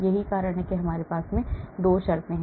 यही कारण है कि हमारे पास ये 2 शर्तें हैं